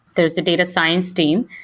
there's a data science team,